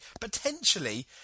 Potentially